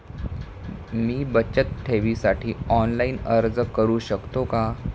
मी बचत ठेवीसाठी ऑनलाइन अर्ज करू शकतो का?